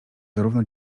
zarówno